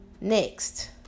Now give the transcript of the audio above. next